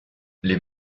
les